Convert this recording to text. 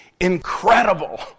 incredible